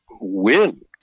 win